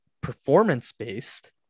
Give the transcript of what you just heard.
performance-based